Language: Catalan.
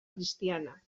cristiana